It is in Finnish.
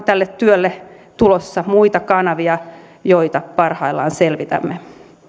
tälle työlle tulossa muita kanavia joita parhaillaan selvitämme